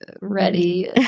ready